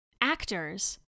actors